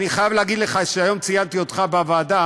אני חייב להגיד לך שהיום ציינתי אותך בוועדה,